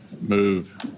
move